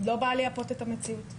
אני לא באה לייפות את המציאות.